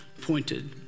pointed